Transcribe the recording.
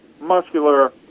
muscular